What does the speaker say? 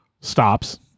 stops